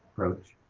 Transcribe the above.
approach?